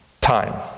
time